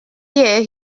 year